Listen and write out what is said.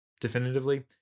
definitively